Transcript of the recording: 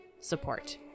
support